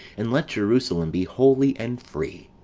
and let jerusalem be holy and free,